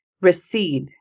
recede